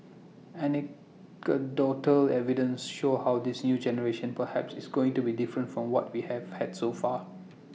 anecdotal evidence shows how this new generation perhaps is going to be different from what we have had so far